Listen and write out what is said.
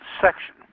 section